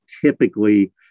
typically